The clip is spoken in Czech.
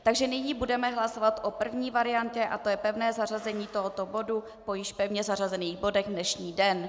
Takže nyní budeme hlasovat o první variantě, to je pevné zařazení tohoto bodu po již pevně zařazených bodech dnešní den.